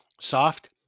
Soft